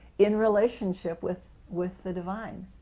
in relationship with with the divine,